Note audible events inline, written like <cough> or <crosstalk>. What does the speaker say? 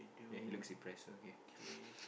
ya he looks depressed okay <noise>